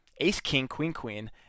Ace-king-queen-queen